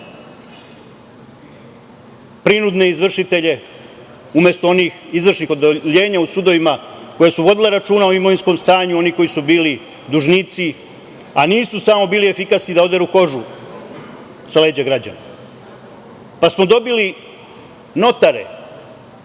prinudne izvršitelje, umesto onih izvršnih odeljenja u sudovima koja su vodila računa o imovinskom stanju, oni koji su bili dužnici, a nisu bili samo efikasni da oderu kožu sa leđa građana, pa smo dobili notare